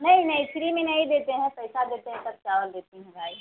नहीं नहीं फ़्री में नहीं देते हैं पैसा देते हैं तब चावल देते हैं भाई